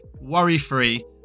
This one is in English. worry-free